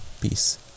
Peace